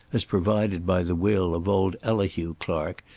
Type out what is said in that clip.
as provided by the will of old elihu clark,